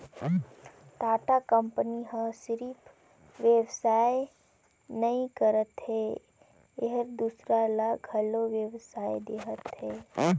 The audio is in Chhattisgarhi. टाटा कंपनी ह सिरिफ बेवसाय नी करत हे एहर दूसर ल घलो बेवसाय देहत हे